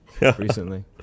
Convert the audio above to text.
recently